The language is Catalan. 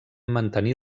mantenir